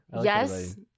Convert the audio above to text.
Yes